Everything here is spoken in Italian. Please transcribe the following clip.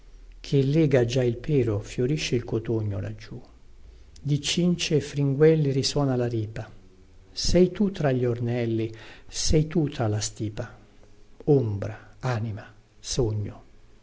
ché lega già il pero fiorisce il cotogno laggiù di cincie e fringuelli risuona la ripa sei tu tra gli ornelli sei tu tra la stipa ombra anima sogno